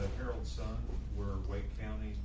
herald sun we're lake county,